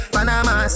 Panama